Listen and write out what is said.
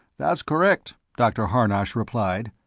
that's correct, dr. harnosh replied.